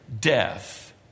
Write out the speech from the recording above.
death